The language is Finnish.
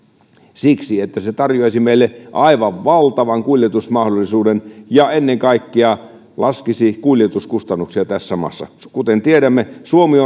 siksi että se tarjoaisi meille aivan valtavan kuljetusmahdollisuuden ja ennen kaikkea laskisi kuljetuskustannuksia tässä maassa kuten tiedämme suomi